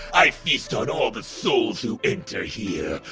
i feast on all the souls who enter here.